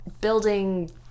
building